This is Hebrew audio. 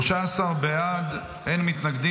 13 בעד, אין מתנגדים.